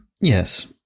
Yes